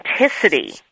authenticity